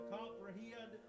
comprehend